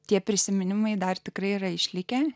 tie prisiminimai dar tikrai yra išlikę